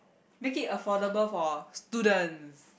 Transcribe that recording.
make it affordable for students